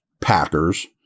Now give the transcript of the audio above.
Packers